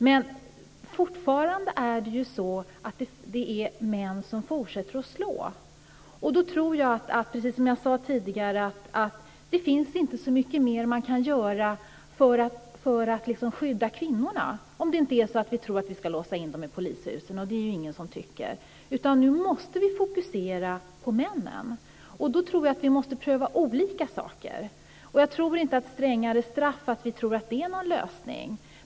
Men det är fortfarande så att det finns män som fortsätter att slå. Jag tror inte, precis som jag sade förut, att det finns så mycket mer man kan göra för att skydda kvinnorna om det inte är så att vi ska låsa in dem i polishusen, och det är det ju ingen som tycker. Nu måste vi fokusera på männen. Då tror jag att vi måste pröva olika saker. Jag tror inte att strängare straff är någon lösning.